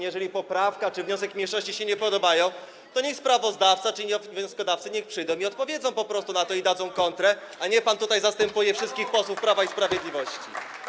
Jeżeli poprawka czy wniosek mniejszości się nie podobają, to niech sprawozdawca czy wnioskodawcy przyjdą i odpowiedzą na to, dadzą kontrę a nie pan tutaj zastępuje wszystkich posłów Prawa i Sprawiedliwości.